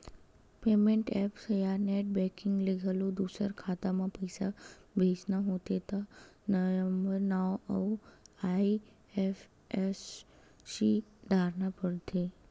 payment apps या net banking ले घलो दूसर खाता म पइसा भेजना होथे त नंबरए नांव अउ आई.एफ.एस.सी डारना परथे